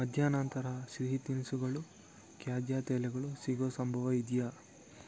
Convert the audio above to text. ಮಧ್ಯಾಹ್ನ ನಂತರ ಸಿಹಿ ತಿನಿಸುಗಳು ಖ್ಯಾದ್ಯ ತೈಲಗಳು ಸಿಗೋ ಸಂಭವ ಇದೆಯಾ